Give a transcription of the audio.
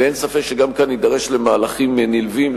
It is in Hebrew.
ואין ספק שגם כאן נידרש למהלכים נלווים,